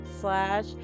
slash